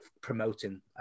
promoting